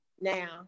now